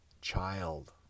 child